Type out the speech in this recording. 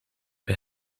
bij